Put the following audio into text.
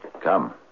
Come